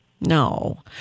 No